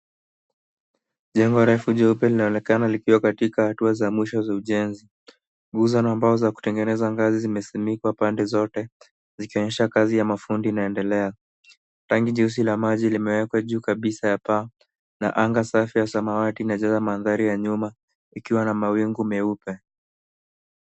Jengo refu jeupe linaonekana likiwa katika hatua za mwisho za ujenzi. Nguzo na mbao za kutengeneza ngazi zimesimikwa pande zote, zikionyesha kazi ya mafundi inaendelea. Rangi jeusi la maji limewekwa juu kabisa ya paa. Na anga safi ya samawati inajenga mandhari ya nyuma, ikiwa na mawingu meupe.